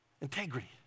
Integrity